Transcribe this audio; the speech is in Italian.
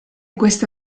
queste